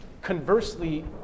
Conversely